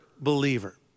believer